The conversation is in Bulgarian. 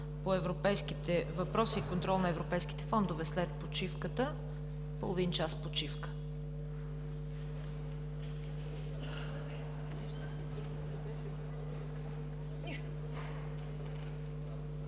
по европейските въпроси и контрол на европейските фондове – след почивката. Половин час почивка. (След